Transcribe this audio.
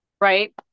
Right